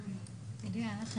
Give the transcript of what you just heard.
התשובה שלכם